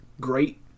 great